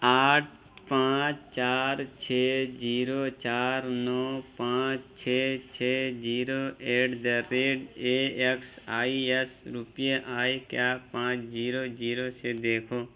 آٹھ پانچ چار چھ جیرو چار نو پانچ چھ چھ zero eight the rate A X I S روپیے آئے کیا پانچ جیرو جیرو سے دیکھو